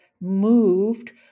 moved